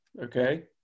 okay